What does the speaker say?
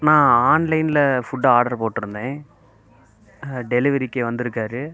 அண்ணா ஆன்லைன்ல food order போட்டிருந்தேன் ஆ டெலிவரிக்கு வந்திருக்கார்